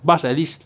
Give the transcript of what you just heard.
bus at least